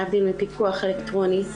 להבדיל מפיקוח אלקטרוני.